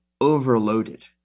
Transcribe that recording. overloaded